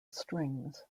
strings